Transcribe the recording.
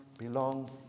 belong